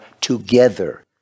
together